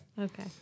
Okay